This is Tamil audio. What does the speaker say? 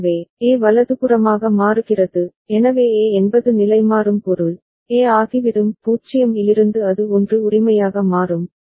எனவே A வலதுபுறமாக மாறுகிறது எனவே A என்பது நிலைமாறும் பொருள் A ஆகிவிடும் 0 இலிருந்து அது 1 உரிமையாக மாறும்